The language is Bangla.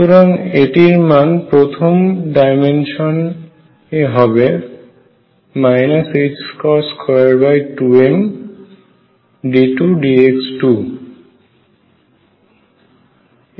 সুতরাং এটির মান প্রথম ডাইমেনশনে হবে 22md2dx2 হবে